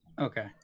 Okay